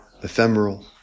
ephemeral